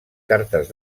cartes